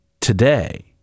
today